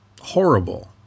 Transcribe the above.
horrible